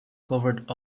covered